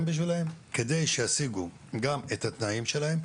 בשבילם על מנת שישיגו גם את התנאים שלהם,